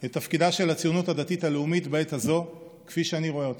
את תפקידה של הציונות הדתית הלאומית בעת הזאת כפי שאני רואה אותה.